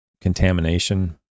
contamination